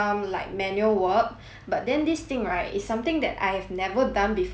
but then this thing right is something that I have never done before in my in my course